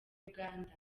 uganda